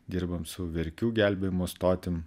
dirbam su verkių gelbėjimo stotim